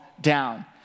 down